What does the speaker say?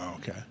okay